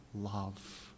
love